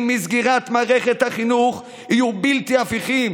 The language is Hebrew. מסגירת מערכת החינוך יהיו בלתי הפיכים,